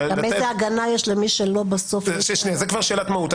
לתת --- תמיד זה הגנה למי שלא בסוף --- זאת כבר שאלת מהות.